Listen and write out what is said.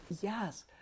Yes